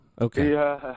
Okay